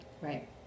Right